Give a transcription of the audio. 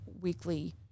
weekly